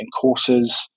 courses